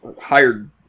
hired